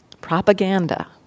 Propaganda